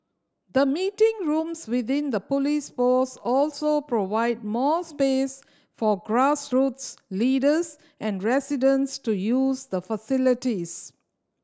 the meeting rooms within the police post also provide more space for grassroots leaders and residents to use the facilities